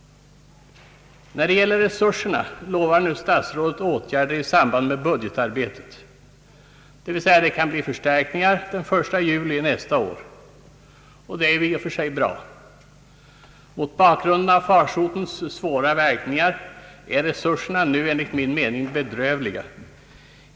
När det gäller resurserna lovar statsrådet åtgärder i samband med budgetarbetet. Det betyder att det kan bli förstärkningar den 1 juli nästa år. Det är i och för sig bra. Mot bakgrunden av farsotens svåra verkningar är resurserna nu enligt min mening bedrövliga.